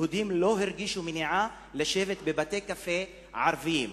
יהודים לא הרגישו מניעה לשבת בבתי-קפה ערביים.